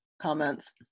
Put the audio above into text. comments